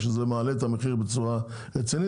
שזה מעלה את המחיר בצורה רצינית,